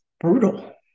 brutal